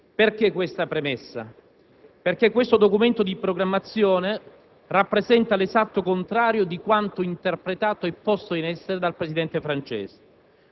Perché questa premessa? Perché questo Documento di programmazione rappresenta l'esatto contrario di quanto interpretato e posto in essere dal Presidente francese.